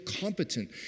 competent